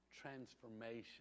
transformation